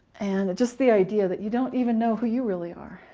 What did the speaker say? and just the idea that you don't even know who you really are.